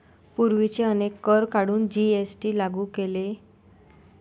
पूर्वीचे अनेक कर काढून जी.एस.टी लागू केले